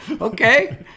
okay